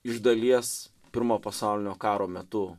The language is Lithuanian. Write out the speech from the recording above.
iš dalies pirmo pasaulinio karo metu